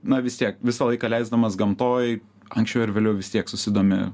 na vis tiek visą laiką leisdamas gamtoj anksčiau ar vėliau vis tiek susidomi